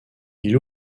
ils